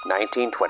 1920